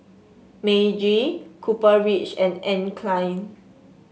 Meiji Copper Ridge and Anne Klein